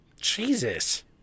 Jesus